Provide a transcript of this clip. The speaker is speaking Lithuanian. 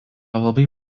labai